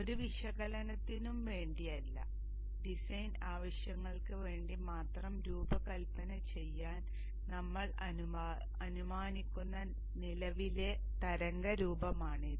ഒരു വിശകലനത്തിനും വേണ്ടിയല്ല ഡിസൈൻ ആവശ്യങ്ങൾക്ക് വേണ്ടി മാത്രം രൂപകൽപ്പന ചെയ്യാൻ ഞങ്ങൾ അനുമാനിക്കുന്ന നിലവിലെ തരംഗ രൂപമാണിത്